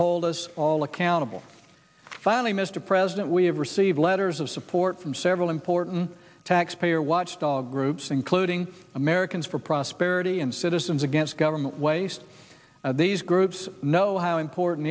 hold us all accountable finally mr president we have received letters of support from several important taxpayer watchdog groups including americans for prosperity and citizens against government waste of these groups know how important